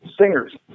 singers